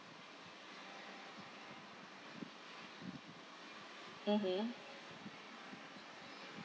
mmhmm